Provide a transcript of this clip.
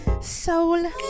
soul